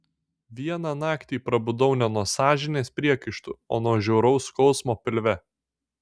vieną naktį prabudau ne nuo sąžinės priekaištų o nuo žiauraus skausmo pilve